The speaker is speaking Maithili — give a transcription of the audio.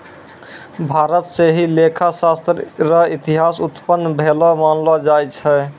भारत स ही लेखा शास्त्र र इतिहास उत्पन्न भेलो मानलो जाय छै